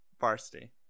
Varsity